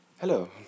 Hello